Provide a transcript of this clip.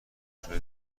نشده